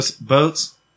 boats